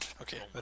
okay